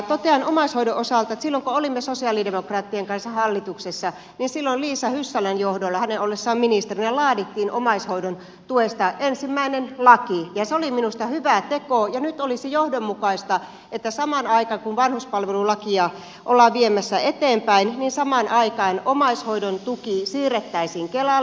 totean omaishoidon osalta että silloin kun olimme sosialidemokraattien kanssa hallituksessa liisa hyssälän johdolla hänen ollessaan ministerinä laadittiin omaishoidon tuesta ensimmäinen laki ja se oli minusta hyvä teko ja nyt olisi johdonmukaista että samaan aikaan kun vanhuspalvelulakia ollaan viemässä eteenpäin omaishoidon tuki siirrettäisiin kelalle